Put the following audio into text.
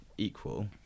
Equal